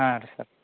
ಹಾಂ ರೀ ಸರ್